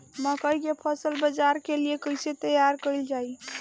मकई के फसल बाजार के लिए कइसे तैयार कईले जाए?